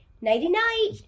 Nighty-night